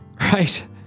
right